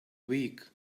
week